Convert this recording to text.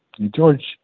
George